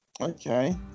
Okay